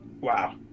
Wow